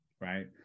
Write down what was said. right